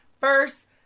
First